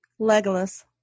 Legolas